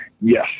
Yes